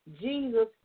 Jesus